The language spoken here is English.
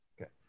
Okay